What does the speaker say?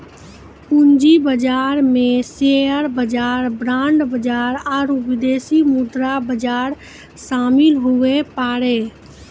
पूंजी बाजार मे शेयर बाजार बांड बाजार आरू विदेशी मुद्रा बाजार शामिल हुवै पारै